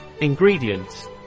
Ingredients